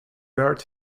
bird